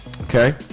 Okay